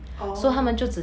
orh